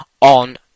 on